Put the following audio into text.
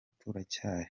turacyari